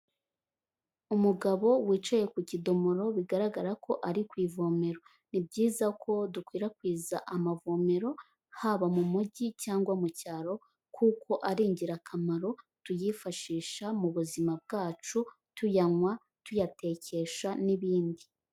Umugabo wicaye ku kidomoro bigaragara ko ari ku ivomero. Ni byiza ko dukwirakwiza amavomero haba mu mujyi cyangwa mu cyaro kuko ari ingirakamaro, tuyifashisha mu buzima bwacu tuyanywa, tuyatekesha n'ibindi.